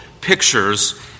pictures